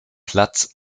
platz